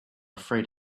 afraid